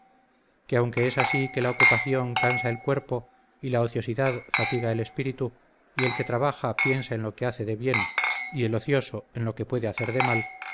que aunque es así que la ocupación cansa el cuerpo y la ociosidad fatiga el espíritu y el que trabaja piensa en lo que hace de bien y el ocioso en lo que puede hacer de mal